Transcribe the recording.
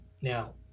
Now